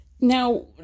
Now